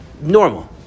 normal